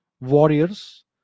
warriors